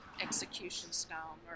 execution-style